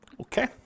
Okay